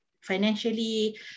Financially